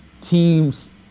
teams